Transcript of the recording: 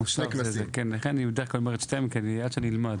ושכולנו נמצאים